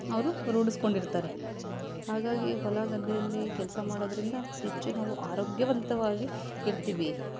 ಅವರು ರೂಢಿಸ್ಕೊಂಡಿರ್ತಾರೆ ಹಾಗಾಗಿ ಹೊಲ ಗದ್ದೆಯಲ್ಲಿ ಕೆಲಸ ಮಾಡೋದ್ರಿಂದ ಹೆಚ್ಚು ನಾವು ಆರೋಗ್ಯವಂತರಾಗಿ ಇರ್ತೀವಿ